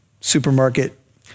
supermarket